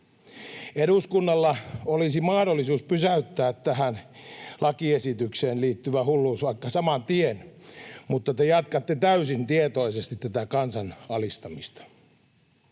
Eduskunnalla olisi mahdollisuus pysäyttää tähän lakiesitykseen liittyvä hulluus vaikka saman tien, mutta te jatkatte täysin tietoisesti tätä kansan alistamista.